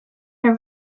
her